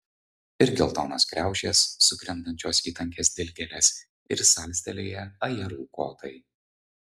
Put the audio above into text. ir geltonos kriaušės sukrentančios į tankias dilgėles ir salstelėję ajerų kotai